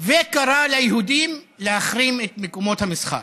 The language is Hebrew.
וקרא ליהודים להחרים את מקומות המסחר.